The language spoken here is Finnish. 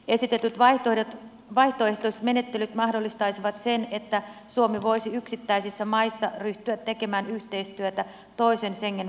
esitetyt vaihtoehtoiset menettelyt mahdollistaisivat sen että suomi voisi yksittäisissä maissa ryhtyä tekemään yhteistyötä toisen schengen valtion kanssa